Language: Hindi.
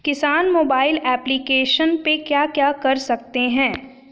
किसान मोबाइल एप्लिकेशन पे क्या क्या कर सकते हैं?